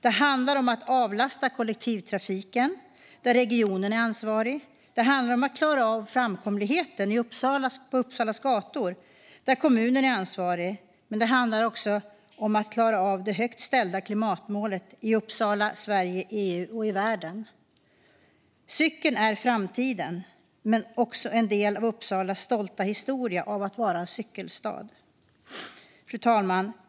Det handlar om att avlasta kollektivtrafiken, där regionen är ansvarig. Det handlar om att klara framkomligheten på Uppsalas gator, där kommunen är ansvarig. Men det handlar också om att klara de högt ställda klimatmålen i Uppsala, Sverige, EU och världen. Cykeln är framtiden men också en del av Uppsalas stolta historia som cykelstad. Fru talman!